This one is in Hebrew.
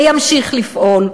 וימשיך לפעול.